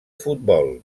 futbol